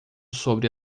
sobre